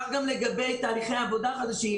כך גם לגבי תהליכי עבודה חדשים,